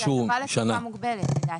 זאת הטבה לתקופה מוגבלת לדעתי,